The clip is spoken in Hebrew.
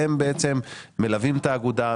הם בעצם מלווים את האגודה,